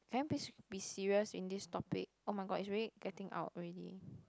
can you please be serious in this topic oh-my-god it's already getting out already